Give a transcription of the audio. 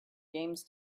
games